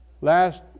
Last